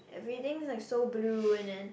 everything like so blue and then